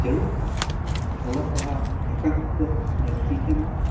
ᱡᱟᱹᱨᱩᱲ ᱠᱷᱟᱱ ᱚᱞᱚᱜ ᱯᱟᱲᱦᱟᱣ ᱮᱠᱟᱱᱛᱚ ᱞᱟᱹᱠᱛᱤ ᱠᱟᱱᱟ